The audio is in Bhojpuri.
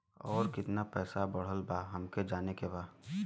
और कितना पैसा बढ़ल बा हमे जाने के बा?